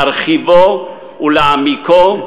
להרחיבו ולהעמיקו,